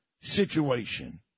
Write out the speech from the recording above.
situation